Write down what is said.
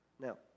Now